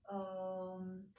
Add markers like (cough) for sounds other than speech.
um (noise)